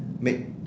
make